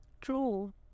true